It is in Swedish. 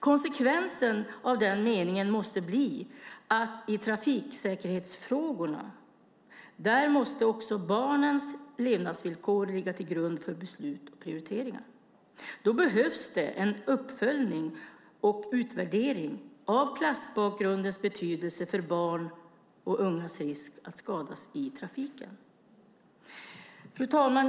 Konsekvensen av den meningen måste bli att i trafiksäkerhetsfrågorna måste också barnens levnadsvillkor ligga till grund för beslut och prioriteringar. Då behövs det en uppföljning och utvärdering av klassbakgrundens betydelse för barns och ungas risk att skadas i trafiken. Fru talman!